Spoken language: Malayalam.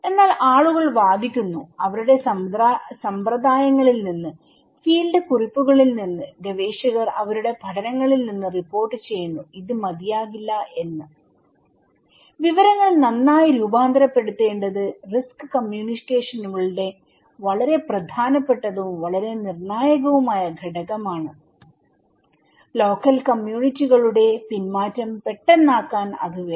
എന്നാൽ ആളുകൾ വാദിക്കുന്നു അവരുടെ സമ്പ്രദായങ്ങളിൽ നിന്ന് ഫീൽഡ് കുറിപ്പുകളിൽ നിന്ന് ഗവേഷകർ അവരുടെ പഠനങ്ങളിൽ നിന്ന് റിപ്പോർട്ട് ചെയ്യുന്നു ഇത് മതിയാകില്ല എന്ന് വിവരങ്ങൾ നന്നായി രൂപാന്തരപ്പെടുത്തേണ്ടത് റിസ്ക് കമ്മ്യൂണിക്കേഷനുകളുടെ വളരെ പ്രധാനപ്പെട്ടതും വളരെ നിർണായകവുമായ ഘടകമാണ് ലോക്കൽ കമ്മ്യൂണിറ്റികളുടെപിൻമാറ്റം പെട്ടെന്നാക്കാൻ അത് വേണം